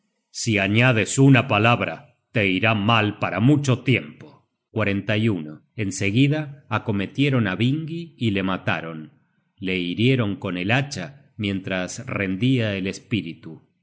si añades una palabra te irá mal para mucho tiempo en seguida acometieron á vingi y le mataron le hirieron con el hacha mientras rendia el espíritu